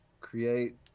create